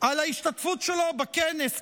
על ההשתתפות שלו בכנס,